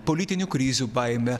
politinių krizių baimę